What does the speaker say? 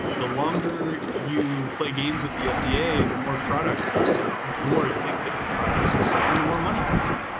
the longer you play games with the fda, the more products you sell, the more addictive products you sell and the more money you make.